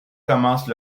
commencent